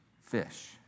fish